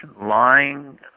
lying